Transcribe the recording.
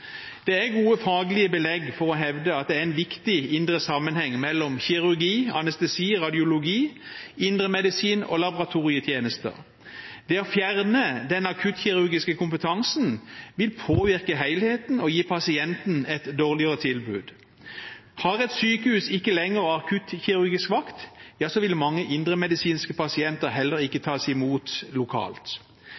Det er gode faglige belegg for å hevde at det er en viktig indre sammenheng mellom kirurgi, anestesi, radiologi, indremedisin og laboratorietjenester. Det å fjerne den akuttkirurgiske kompetansen vil påvirke helheten og gi pasienten et dårligere tilbud. Har et sykehus ikke lenger akuttkirurgisk vakt, vil mange indremedisinske pasienter heller ikke